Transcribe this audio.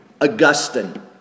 Augustine